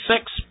six